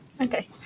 okay